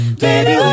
baby